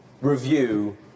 review